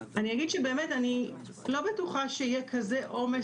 אני אגיד שאני לא בטוחה שיהיה כזה עומס